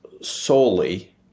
solely